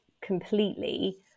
completely